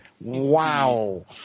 Wow